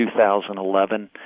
2011